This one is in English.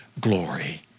glory